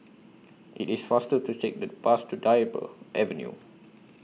IT IS faster to Take The Bus to Dryburgh Avenue